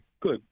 Good